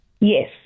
Yes